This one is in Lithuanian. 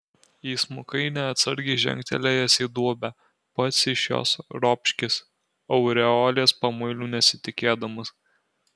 įsmukai neatsargiai žengtelėjęs į duobę pats iš jos ropškis aureolės pamuilių nesitikėdamas